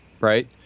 right